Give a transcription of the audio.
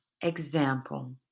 example